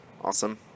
Awesome